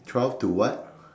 twelve to what